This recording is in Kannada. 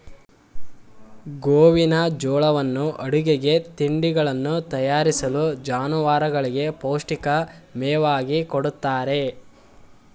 ಗೋವಿನಜೋಳವನ್ನು ಅಡುಗೆಗೆ, ತಿಂಡಿಗಳನ್ನು ತಯಾರಿಸಲು, ಜಾನುವಾರುಗಳಿಗೆ ಪೌಷ್ಟಿಕ ಮೇವಾಗಿ ಕೊಡುತ್ತಾರೆ